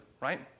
right